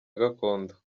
gakondo